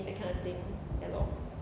that kind of thing ya lor